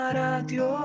radio